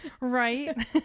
Right